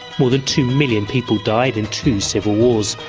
more than two million people died in two civil wars.